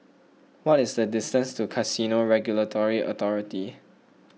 what is the distance to Casino Regulatory Authority